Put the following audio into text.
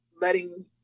letting